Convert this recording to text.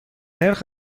نرخ